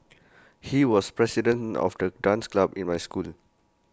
he was president of the dance club in my school